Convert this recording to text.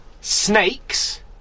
snakes